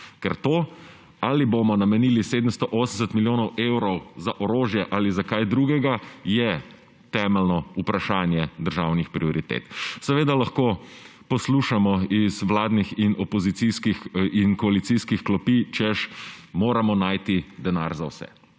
To, ali bomo namenili 780 milijonov evrov za orožje ali za kaj drugega, je temeljno vprašanje državnih prioritet. Seveda lahko poslušamo iz vladnih in koalicijskih klopi, češ, moramo najti denar za vse.